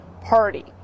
party